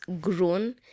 grown